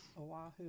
Oahu